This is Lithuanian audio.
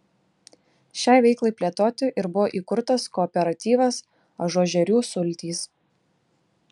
šiai veiklai plėtoti ir buvo įkurtas kooperatyvas ažuožerių sultys